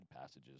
passages